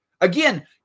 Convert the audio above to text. Again